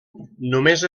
només